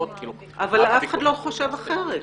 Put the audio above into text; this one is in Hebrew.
אף אחד לא חושב אחרת.